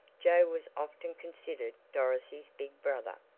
joe was often considered dorothy's big brother.